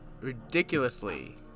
ridiculously